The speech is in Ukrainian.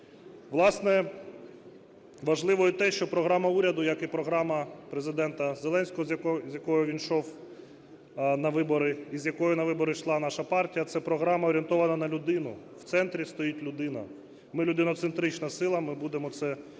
Власне, важливо і те, що програма уряду, як і програма Президента Зеленського, з якою він йшов на вибори і з якою на вибори йшла наша партія, це програма, орієнтована на людину, в центрі стоїть людина. Ми – людиноцентрична сила, ми будемо це повторювати